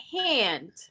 hand